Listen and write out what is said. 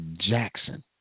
Jackson